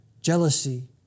Jealousy